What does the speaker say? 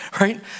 right